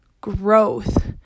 growth